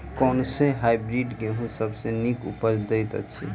कुन सँ हायब्रिडस गेंहूँ सब सँ नीक उपज देय अछि?